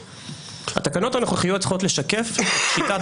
התקנות הנוכחיות צריכות לשקף את שיטת